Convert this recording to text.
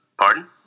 Pardon